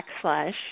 backslash